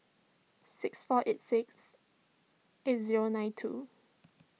six four eight six eight zero nine two